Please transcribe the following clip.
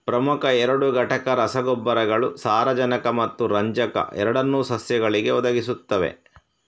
ಪ್ರಮುಖ ಎರಡು ಘಟಕ ರಸಗೊಬ್ಬರಗಳು ಸಾರಜನಕ ಮತ್ತು ರಂಜಕ ಎರಡನ್ನೂ ಸಸ್ಯಗಳಿಗೆ ಒದಗಿಸುತ್ತವೆ